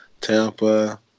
Tampa